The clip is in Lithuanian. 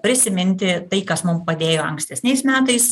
prisiminti tai kas mum padėjo ankstesniais metais